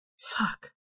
Fuck